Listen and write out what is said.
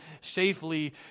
safely